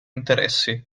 interessi